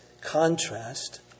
contrast